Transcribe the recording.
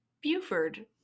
Buford